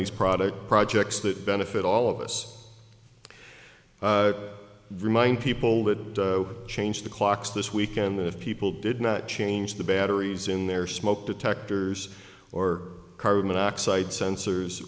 these product projects that benefit all of us remind people that change the clocks this weekend if people did not change the batteries in their smoke detectors or carbon monoxide sensors